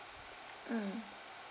mm